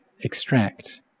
extract